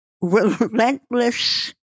relentless